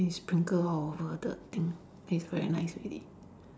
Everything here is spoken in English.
then sprinkle all over the thing taste very nice already